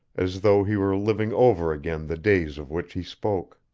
as though he were living over again the days of which he spoke.